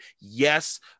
Yes